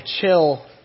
chill